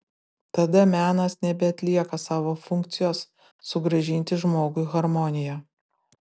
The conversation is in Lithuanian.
tada menas nebeatlieka savo funkcijos sugrąžinti žmogui harmoniją